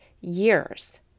years